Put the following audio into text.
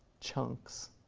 chunks.